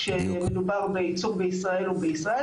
כשמדובר בייצור בישראל או בישראל,